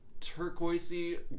turquoisey